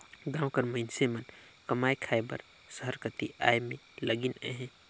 गाँव कर मइनसे मन कमाए खाए बर सहर कती आए में लगिन अहें